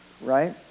Right